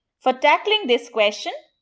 for tackling this question,